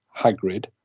Hagrid